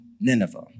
Nineveh